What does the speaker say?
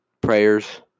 Prayers